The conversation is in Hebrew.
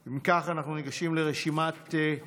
אם כך, אנחנו ניגשים לרשימת, המועמדים,